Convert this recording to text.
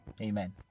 amen